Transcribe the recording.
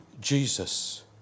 Jesus